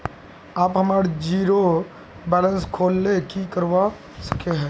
आप हमार zero balance खोल ले की करवा सके है?